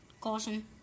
Caution